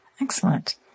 Excellent